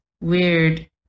Weird